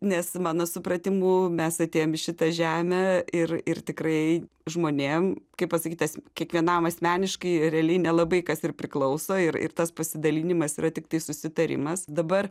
nes mano supratimu mes atėjom į šitą žemę ir ir tikrai žmonėm kaip pasakyt tas kiekvienam asmeniškai realiai nelabai kas ir priklauso ir ir tas pasidalinimas yra tiktai susitarimas dabar